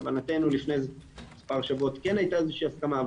להבנתנו לפני מספר שבועות כן הייתה איזו שהיא הסכמה,